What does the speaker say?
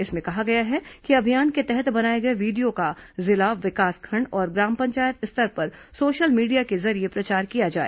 इसमें कहा गया है कि अभियान के तहत बनाए गए वीडियो का जिला विकासखंड और ग्राम पंचायत स्तर पर सोशल मीडिया के जरिये प्रचार किया जाए